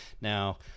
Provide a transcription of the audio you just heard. Now